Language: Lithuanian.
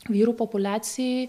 vyrų populiacijai